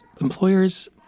employers